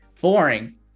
Boring